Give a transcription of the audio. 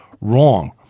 wrong